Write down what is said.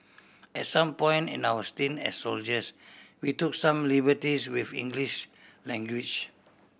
at some point in our stint as soldiers we took some liberties with English language